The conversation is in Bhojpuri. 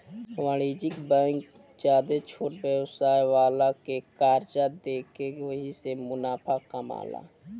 वाणिज्यिक बैंक ज्यादे छोट व्यवसाय वाला के कर्जा देके ओहिसे मुनाफा कामाला